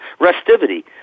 restivity